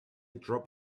drop